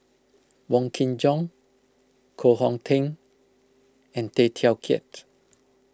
Wong Kin Jong Koh Hong Teng and Tay Teow Kiat